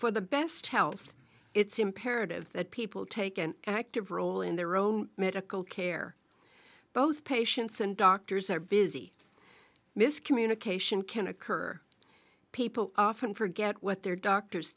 for the best health it's imperative that people take an active role in their own medical care both patients and doctors are busy miscommunication can occur people often forget what their doctors